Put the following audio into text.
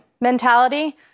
mentality